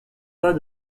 pas